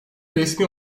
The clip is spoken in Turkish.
resmi